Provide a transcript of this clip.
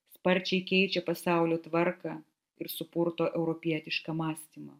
sparčiai keičia pasaulio tvarką ir supurto europietišką mąstymą